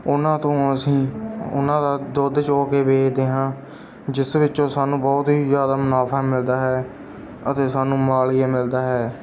ਉਹਨਾਂ ਤੋਂ ਅਸੀਂ ਉਹਨਾਂ ਦਾ ਦੁੱਧ ਚੋ ਕੇ ਵੇਚਦੇ ਹਾਂ ਜਿਸ ਵਿੱਚੋਂ ਸਾਨੂੰ ਬਹੁਤ ਹੀ ਜ਼ਿਆਦਾ ਮੁਨਾਫਾ ਮਿਲਦਾ ਹੈ ਅਤੇ ਸਾਨੂੰ ਮਾਲੀਆ ਮਿਲਦਾ ਹੈ